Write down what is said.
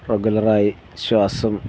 regular ആയി ശ്വാസം